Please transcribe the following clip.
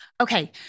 Okay